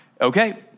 okay